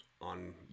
on